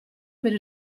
per